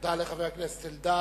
תודה לחבר הכנסת אלדד.